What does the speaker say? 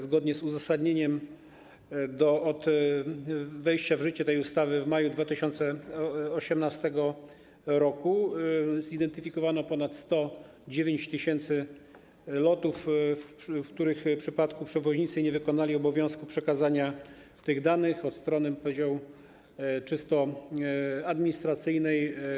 Zgodnie z uzasadnieniem od wejścia w życie tej ustawy w maju 2018 r. zidentyfikowano ponad 109 tys. lotów, w przypadku których przewoźnicy nie wykonali obowiązku przekazania tych danych od strony, bym powiedział, czysto administracyjnej.